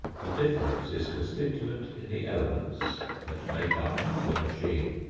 the difference is constituent in the elements that make up the machine.